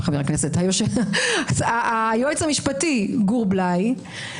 היועץ המשפטי גור בליי,